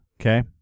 okay